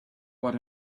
what